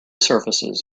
surfaces